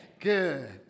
Good